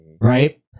right